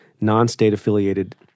non-state-affiliated